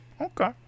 okay